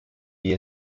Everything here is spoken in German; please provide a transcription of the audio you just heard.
wie